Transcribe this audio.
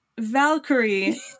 Valkyrie